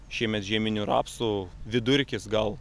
šiemet žieminių rapsų vidurkis gal